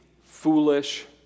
foolish